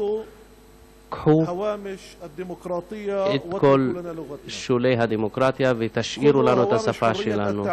קחו את כל שולי הדמוקרטיה ותשאירו לנו את השפה שלנו.